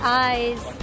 eyes